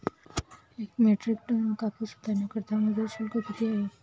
एक metric tonne कापूस उतरवण्याकरता मजूर शुल्क किती आहे?